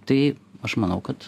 tai aš manau kad